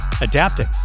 adapting